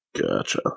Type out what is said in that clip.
Gotcha